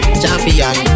champion